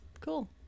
cool